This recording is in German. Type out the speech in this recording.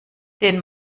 den